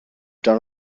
done